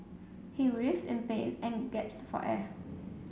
he writhed in pain and gasped for air